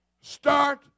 Start